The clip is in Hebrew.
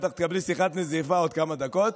בטח תקבלי שיחת נזיפה בעוד כמה דקות.